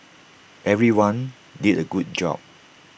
everyone did A good job